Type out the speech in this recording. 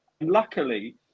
Luckily